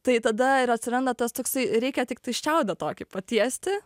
tai tada ir atsiranda tas toksai reikia tiktai šiaudą tokį patiesti